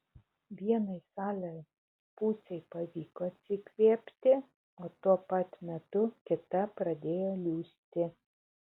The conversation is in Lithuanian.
vienai salės pusei pavyko atsikvėpti o tuo pat metu kita pradėjo liūsti